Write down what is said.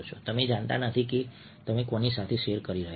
તમે જાણતા નથી કે તમે કોની સાથે શેર કરી રહ્યાં છો